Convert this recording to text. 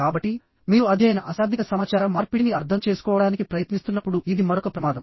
కాబట్టి మీరు అధ్యయన అశాబ్దిక సమాచార మార్పిడిని అర్థం చేసుకోవడానికి ప్రయత్నిస్తున్నప్పుడు ఇది మరొక ప్రమాదం